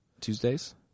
Tuesdays